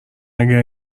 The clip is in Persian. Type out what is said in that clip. اگه